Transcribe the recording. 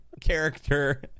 character